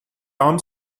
tom